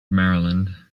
maryland